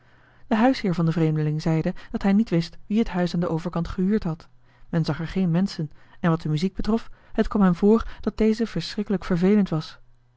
de huisheer van den vreemdeling zeide dat hij niet wist wie het huis aan den overkant gehuurd had men zag er geen menschen en wat de muziek betrof het kwam hem voor dat deze verschrikkelijk vervelend was